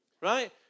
Right